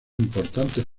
importantes